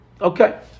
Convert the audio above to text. Okay